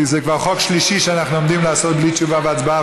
כי זה כבר חוק שלישי שאנחנו עומדים לעשות בלי תשובה והצבעה,